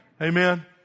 Amen